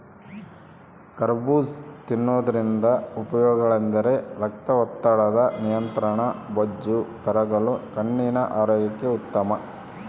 ಕರಬೂಜ ತಿನ್ನೋದ್ರಿಂದ ಉಪಯೋಗಗಳೆಂದರೆ ರಕ್ತದೊತ್ತಡದ ನಿಯಂತ್ರಣ, ಬೊಜ್ಜು ಕರಗಲು, ಕಣ್ಣಿನ ಆರೋಗ್ಯಕ್ಕೆ ಉತ್ತಮ